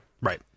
right